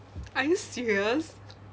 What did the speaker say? are you serious